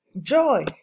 Joy